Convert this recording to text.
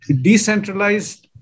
decentralized